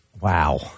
Wow